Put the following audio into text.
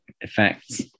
effects